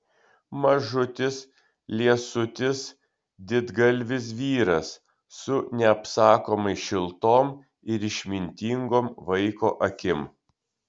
mažutis liesutis didgalvis vyras su neapsakomai šiltom ir išmintingom vaiko akim